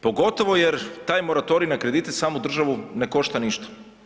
Pogotovo jer taj moratorij na kredite samu državu ne košta ništa.